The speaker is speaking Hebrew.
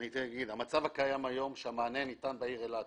המצב הקיים היום שהמענה ניתן בעיר אילת